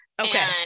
okay